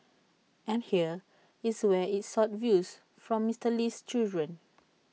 and here is where IT sought views from Mister Lee's children